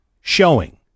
showing